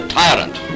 tyrant